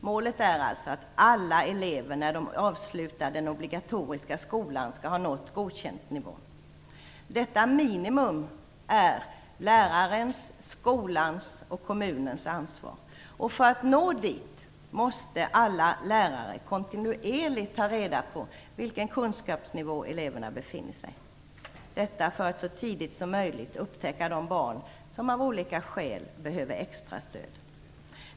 Målet är alltså att alla elever, när de avslutar den obligatoriska skolan, skall ha nått nivån för godkänt. Detta minimum är lärarens, skolans och kommunens ansvar. För att nå dit måste alla lärare kontinuerligt ta reda på vilken kunskapsnivå eleverna befinner sig på, för att så tidigt som möjligt upptäcka de barn som av olika skäl behöver extra stöd.